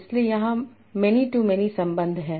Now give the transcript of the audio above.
इसलिए यहां many to many संबंध है